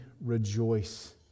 rejoice